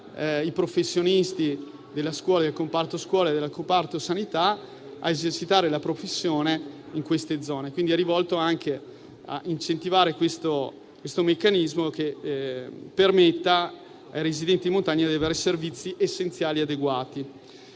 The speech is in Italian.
i professionisti del comparto scuola e del comparto sanità a esercitare la professione in quelle zone. Quindi, è rivolto anche a incentivare questo meccanismo che permetta ai residenti in montagna di avere servizi essenziali adeguati.